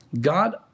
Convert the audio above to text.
God